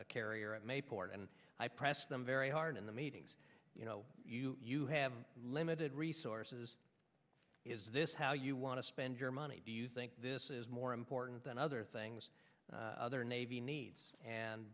a carrier at mayport and i pressed them very hard in the meetings you know you have limited resources is this how you want to spend your money do you think this is more important than other things other navy needs and